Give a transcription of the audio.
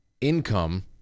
income